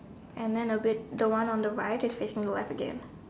and then a bit the one on the right is facing left again